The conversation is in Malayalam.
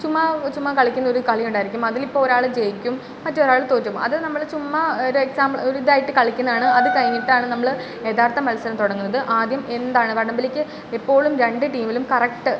ചുമ്മാ ചുമ്മാ കളിക്കുന്ന ഒരു കളിയുണ്ടായിരിക്കും അതിലിപ്പോൾ ഒരാള് ജയിക്കും മറ്റൊരാൾ തോറ്റ് പോവും അത് നമ്മൾ ചുമ്മാ ഒരെക്സാമ്പിള് ഒരുതായിട്ട് കളിക്കുന്നതാണ് അത് കഴിഞ്ഞിട്ടാണ് നമ്മൾ യഥാർത്ഥ മത്സരം തുടങ്ങുന്നത് ആദ്യം എന്താണ് വടം വലിക്ക് എപ്പോഴും രണ്ട് ടീമിൽ കറക്ട്